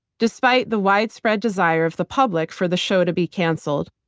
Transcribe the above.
despite the widespread desire of the public for the show to be canceled.